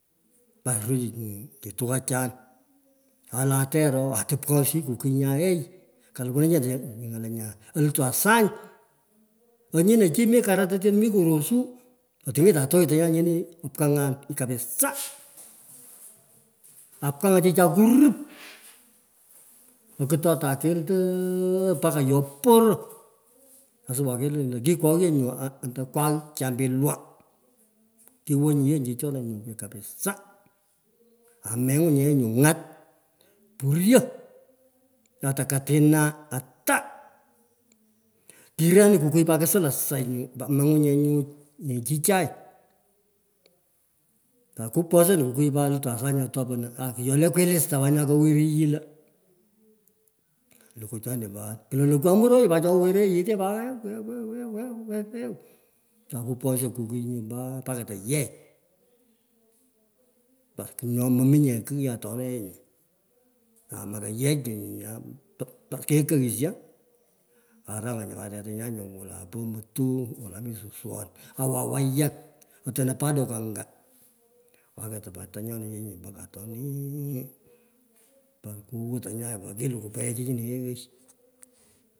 Pa ruyo nyu tukachan. Ala terr oo ati pkoshiyi kukiy nya ey, kalukwu nee chete ng'ale nyaa. Atukwan sany, onyino chi mi karat otino mi korusu otinyetan terchtayan nyini opkangan kapisaa opkangan chichai kurup. Akutotan keito mpaka yo poro. asuwa nyu kelu lo kikweghyo andakwegh chambilwo kuwo ye nyu chichona. Kapisaa amengwen nye yee nisu angat, puryo, ato katina ataa. Tirei nyo kuniy. kusou to say nyu, mominje chichai kupesan kutiy pat aluhwan aa kiyale suny atoponun choni pot, kule lokwamurayei the wetotye yetei pat aai wew wew wew wew wew aai kupkonisho kokiny. Bass mрака tu yech por kigh nye mominye kigh otoni yee aa makayeсh пуe nyu пуa. Kekoghisho arangan nye pat tetanyan wolo. Po amotuu wolai mi suswe awan wayak, otono pacidock anga. mpaka atonii mpaka kuwut chini yeghoi.